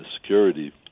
security